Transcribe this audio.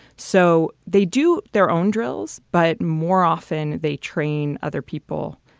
so they do their own drills, but more often they train other people,